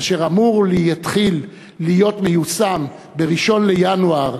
אשר אמור להתחיל להיות מיושם ב-1 בינואר,